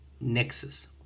nexus